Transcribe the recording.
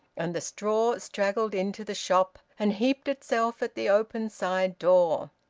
and the straw straggled into the shop, and heaped itself at the open side door.